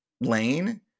lane